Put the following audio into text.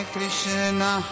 Krishna